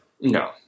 No